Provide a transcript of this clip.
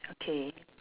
okay